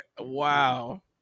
Wow